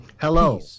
Hello